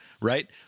Right